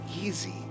easy